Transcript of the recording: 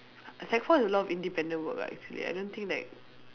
sec four is a lot of independent work lah actually I don't think that